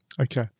Okay